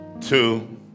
two